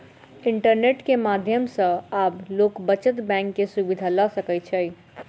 internet के माध्यम सॅ आब लोक बचत बैंक के सुविधा ल सकै छै